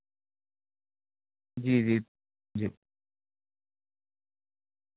جی جی جی